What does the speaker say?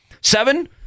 Seven